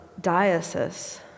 diocese